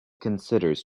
considers